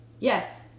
Yes